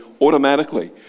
automatically